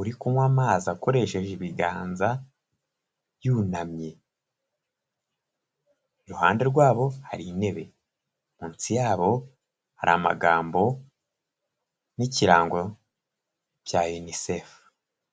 uri kunywa amazi akoresheje ibiganza yunamye, iruhande rwabo hari intebe munsi yabo hari amagambo n'ikirango bya UNICEF.